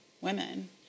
women